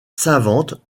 savante